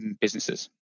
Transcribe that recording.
businesses